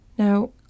Now